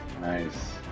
Nice